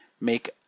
make